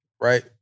right